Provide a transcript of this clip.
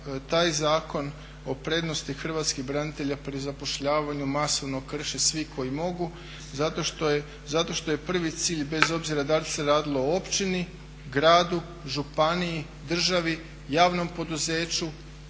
taj zakon o prednosti hrvatskih branitelja pri zapošljavanju masovno krše svi koji mogu zato što je prvi cilj bez obzira da li se radilo o općini, gradu, županiji, državi, javnom poduzeću,